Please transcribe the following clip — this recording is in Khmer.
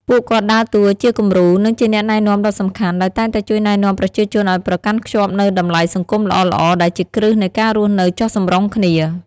ពួកគាត់ដើរតួជាគំរូ និងជាអ្នកណែនាំដ៏សំខាន់ ដោយតែងតែជួយណែនាំប្រជាជនឲ្យប្រកាន់ខ្ជាប់នូវតម្លៃសង្គមល្អៗ ដែលជាគ្រឹះនៃការរស់នៅចុះសម្រុងគ្នា។